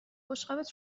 بشقابت